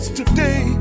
today